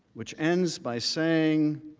which ends by saying,